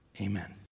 Amen